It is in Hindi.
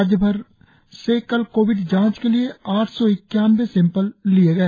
राज्यभर से कल कोविड जांच के लिए आठ सौ इक्यानवे सैम्पल लिए गए